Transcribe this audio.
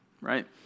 right